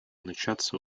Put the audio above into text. начаться